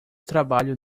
trabalho